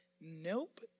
Nope